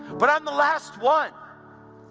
but i'm the last one!